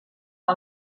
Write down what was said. que